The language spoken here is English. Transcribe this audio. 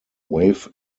wave